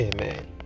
Amen